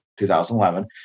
2011